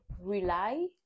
rely